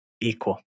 equal